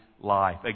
life